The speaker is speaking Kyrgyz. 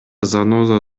заноза